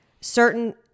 certain